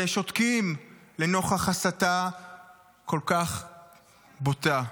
ששותקים לנוכח הסתה כל כך בוטה.